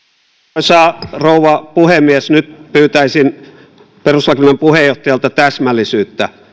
arvoisa rouva puhemies nyt pyytäisin perustuslakivaliokunnan puheenjohtajalta täsmällisyyttä